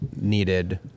needed